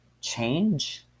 change